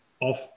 off